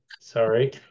Sorry